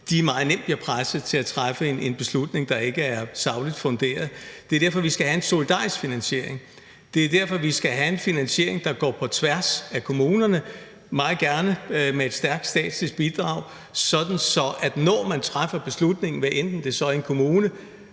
kr., meget nemt bliver presset til at træffe en beslutning, der ikke er sagligt funderet. Det er derfor, vi skal have en solidarisk finansiering; det er derfor, vi skal have en finansiering, der går på tværs af kommunerne, og meget gerne med et stærkt statsligt bidrag, sådan at når man træffer beslutningen, hvad enten det så er i en kommune